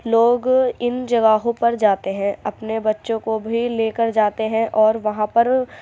لوگ ان جگہوں پر جاتے ہیں اپنے بچوں کو بھی لے کر جاتے ہیں اور وہاں پر